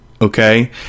okay